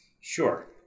Sure